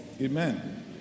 Amen